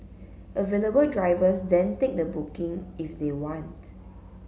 available drivers then take the booking if they want